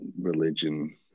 religion